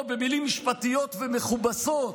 או במילים משפטיות ומכובסות,